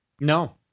No